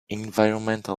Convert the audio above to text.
environmental